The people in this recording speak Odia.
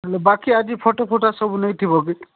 ହେଲେ ବାକି ଆଜି ଫଟୋଫୁଟା ସବୁ ନେଇଥିବ କି